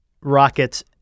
Rockets